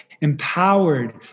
empowered